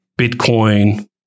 bitcoin